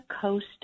Coast